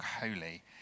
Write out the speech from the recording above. Holy